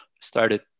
started